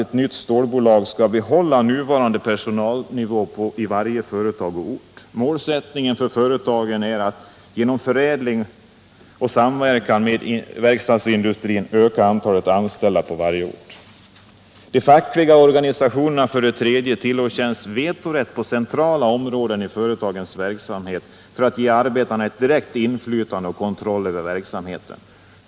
Det nya stålbolaget skall behålla nuvarande personalnivå i varje företag och ort. Målsättningen för företaget är att genom förädling och samverkan med verkstadsindustrin öka antalet anställda på varje ort. 3. De fackliga organisationerna tillerkänns vetorätt på centrala områden av företagets verksamhet för att ge arbetarna ett direkt inflytande och kontroll över verksamheten.